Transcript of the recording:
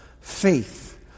Faith